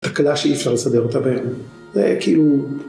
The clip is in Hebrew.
תקלה שאי אפשר לסדר אותה בהן, זה כאילו...